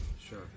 Sure